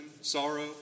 sorrow